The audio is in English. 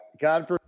God